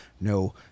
no